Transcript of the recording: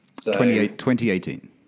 2018